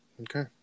Okay